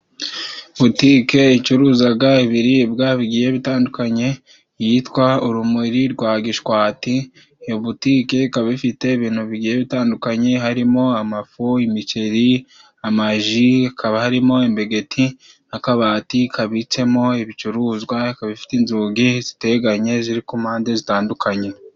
Butike icuruzaga ibiribwa bigiye bitandukanye yitwa Urumuri rwa Gishwati , iyo butike ikaba ifite ibintu bigiye bitandukanye harimo amafu, imiceri , amaji hakaba harimo imbegeti , n'akabati kabitsemo ibicuruzwa, ikaba bifite inzugi ziteganye ziri ku mpande zitandukanye.